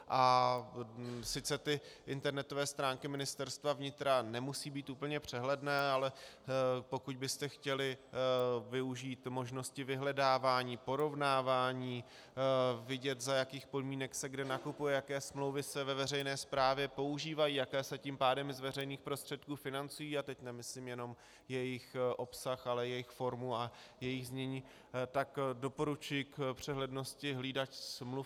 A sice internetové stránky Ministerstva vnitra nemusí být úplně přehledné, ale pokud byste chtěli využít možnosti vyhledávání, porovnávání, vidět, za jakých podmínek se kde nakupuje, jaké smlouvy se ve veřejné správě používají, jaké se tím pádem z veřejných prostředků financují, a teď nemyslím jenom jejich obsah, ale jejich formu a jejich znění, tak doporučuji k přehlednosti hlídačsmluv.